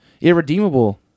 Irredeemable